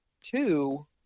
two